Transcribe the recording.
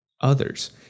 Others